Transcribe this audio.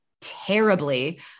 terribly